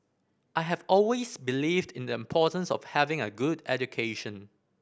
I have always believed in the importance of having a good education